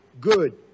Good